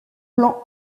plan